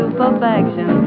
perfection